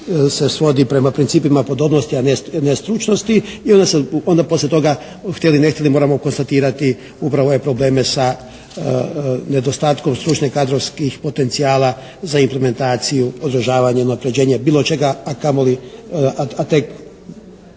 se svodi prema principima podobnosti a ne stručnosti onda poslije toga htjeli ne htjeli moramo konstatirati upravo ove probleme sa nedostatkom stručnih i kadrovskih potencijala za instrumentaciju održavanje ili unapređenje bilo čega, a kamoli, a tek